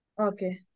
Okay